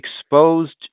exposed